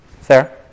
Sarah